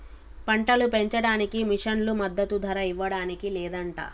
పంటలు పెంచడానికి మిషన్లు మద్దదు ధర ఇవ్వడానికి లేదంట